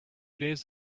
days